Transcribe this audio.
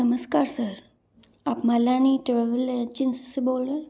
नमस्कार सर आप Malani travel agency से बोल रहे हैं